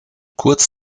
kurz